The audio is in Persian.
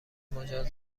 مجاز